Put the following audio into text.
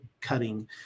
cutting